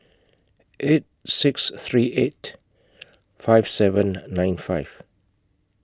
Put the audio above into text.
eight six three eight five seven nine five